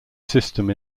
system